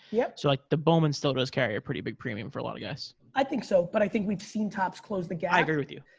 yeah so like the bowman still does carry a pretty big premium for a lot of guys. i think so but i think we've seen topps close the gap i agree with you.